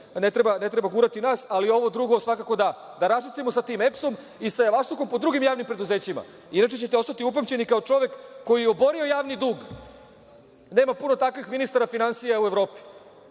ne treba gurati nas, ali ovo drugo svakako da. Da raščistimo sa tim EPS-om i sa javašlukom po drugim javnim preduzećima inače ćete ostati upamćeni kao čovek koji je oborio javni dug. Nema puno takvih ministara finansija u Evropi,